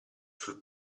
sul